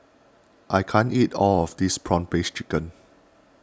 I can't eat all of this Prawn Paste Chicken